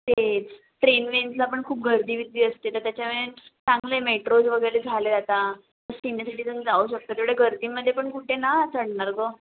तेच ट्रेन वेन्सला पण खूप गर्दी विर्दी असते तर त्याच्यामुळे चांगलं आहे मेट्रोज वगैरे झाले आहेत आता सिनियर सिटीझन जाऊ शकतात एवढ्या गर्दीमध्ये पण कुठे ना चढणार गं